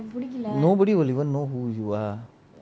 nobody would even know who you are